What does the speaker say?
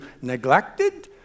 neglected